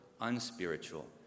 unspiritual